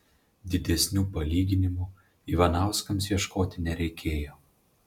didesnių palyginimų ivanauskams ieškoti nereikėjo